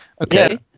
Okay